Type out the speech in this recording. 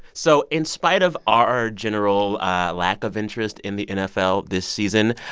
so in spite of our general lack of interest in the nfl this season,